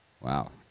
Wow